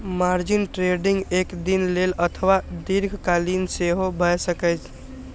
margin trading एक दिन लेल अथवा दीर्घकालीन सेहो भए सकैए